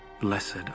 Blessed